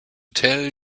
tell